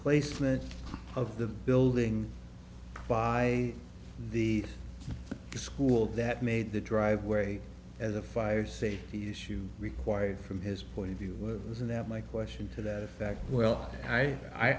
placement of the building by the school that made the driveway as a fire safety issue required from his point of view and that my question to that effect well i